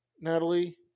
Natalie